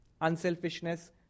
unselfishness